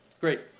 Great